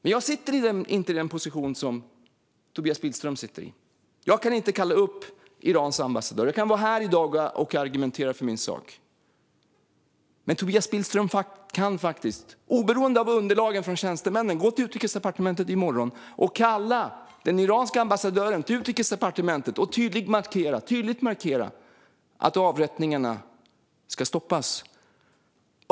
Men jag sitter inte i den position som Tobias Billström sitter i. Jag kan inte kalla upp Irans ambassadör. Jag kan vara här i dag och argumentera för min sak, men Tobias Billström kan faktiskt, oberoende av underlagen från tjänstemännen, i morgon gå till Utrikesdepartementet, kalla den iranske ambassadören till Utrikesdepartementet och tydligt markera att avrättningarna ska stoppas.